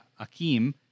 Akeem